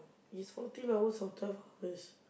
is fourteen hours or twelve hours